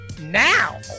Now